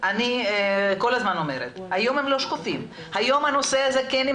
אני כל הזמן אומרת, היום הם לא שקופים.